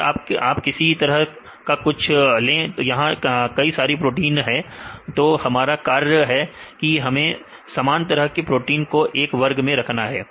अगर आप किसी तरह का कुछ ले तो यहां कई सारी प्रोटीन है तो हमारा कार्य है कि हमें समान तरह की प्रोटीन को एक वर्ग में रखना है